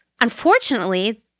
unfortunately